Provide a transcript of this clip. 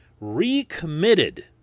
recommitted